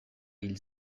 hil